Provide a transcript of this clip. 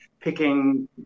picking